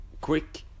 quick